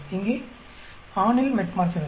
இங்கே ஆணில் மெட்ஃபோர்மினுக்கு